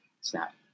Snap